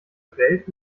welt